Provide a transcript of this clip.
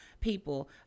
people